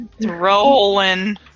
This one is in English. rolling